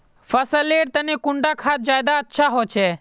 फसल लेर तने कुंडा खाद ज्यादा अच्छा होचे?